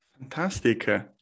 Fantastic